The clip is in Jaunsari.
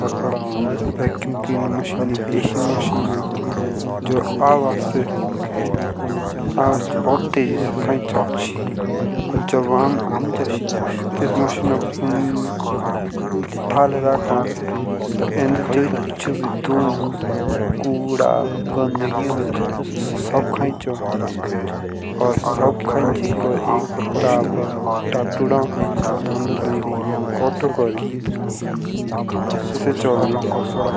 Vacuum cleaner machine एक ऐसी machine जो हवा से बहुत तेजी से खैंचो। जब आम मशीन नीचे रखो अंदर जो इच्छो भी धूल कूड़ा गंदगी हो सब खैंचो। और सब कांचि कर एक डिब्बा हु तोंडो दो कोतो कोरी ऐसे चलो।